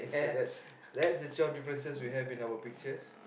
so that's that's the twelve differences we have in our pictures